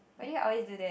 why do you always do that